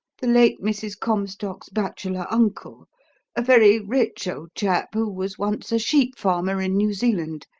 the late mrs. comstock's bachelor uncle a very rich old chap, who was once a sheep-farmer in new zealand,